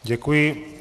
Děkuji.